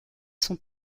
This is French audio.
son